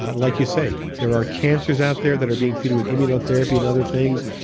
ah like you say, there are cancers out there that are being treated with immunotherapy and other things.